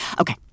Okay